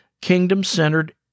kingdom-centered